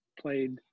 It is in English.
played